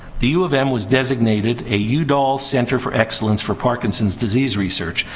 the u of m was designated a udall center for excellence for parkinson's disease research,